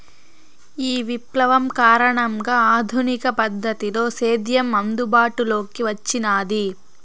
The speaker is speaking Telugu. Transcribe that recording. ఈ విప్లవం కారణంగా ఆధునిక పద్ధతిలో సేద్యం అందుబాటులోకి వచ్చినాది